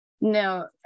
No